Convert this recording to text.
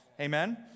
Amen